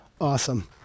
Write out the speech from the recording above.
awesome